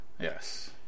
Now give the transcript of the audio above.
yes